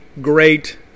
great